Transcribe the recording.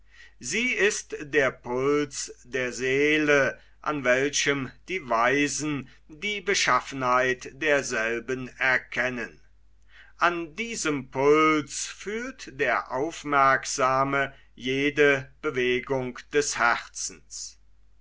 sie ist der puls der seele an welchem die weisen die beschaffenheit derselben erkennen an diesem puls fühlt der aufmerksame jede bewegung des herzens